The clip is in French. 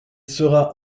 sera